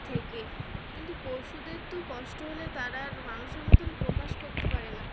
থেকে কিন্তু পশুদের তো কষ্ট হলে তারা আর মানুষের মতন প্রকাশ করতে পারে না